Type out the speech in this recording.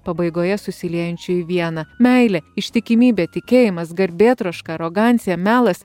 pabaigoje susiliejančių į vieną meilė ištikimybė tikėjimas garbėtroška arogancija melas